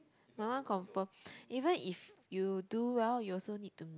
my one confirm even if you do well you also need to